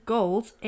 Goals